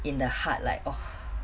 in the heart like